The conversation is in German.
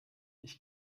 ich